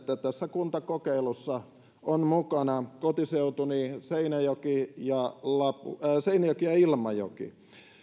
tässä kuntakokeilussa ovat mukana kotiseutuni seinäjoki ja seinäjoki ja ilmajoki